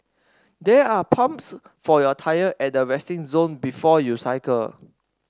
there are pumps for your tyres at the resting zone before you cycle